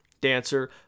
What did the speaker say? dancer